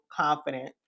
confident